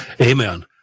amen